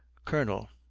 colonel.